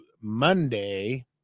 Monday